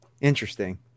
Interesting